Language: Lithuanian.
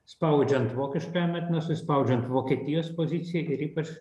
spaudžiant vokiškajam etnosui spaudžiant vokietijos pozicijai ir ypač